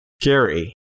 Gary